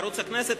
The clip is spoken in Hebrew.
בערוץ הכנסת,